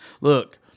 Look